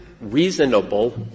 reasonable